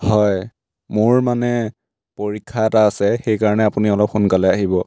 হয় মোৰ মানে পৰীক্ষা এটা আছে সেইকাৰণে আপুনি অলপ সোনকালে আহিব